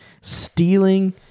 Stealing